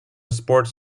sports